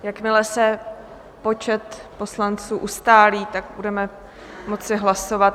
Jakmile se počet poslanců ustálí, budeme moci hlasovat.